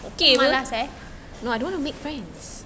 malas eh